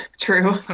True